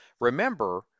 Remember